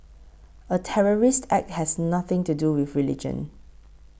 a terrorist act has nothing to do with religion